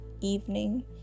evening